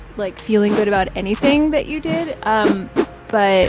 like, feeling good about anything that you did. um but